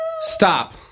stop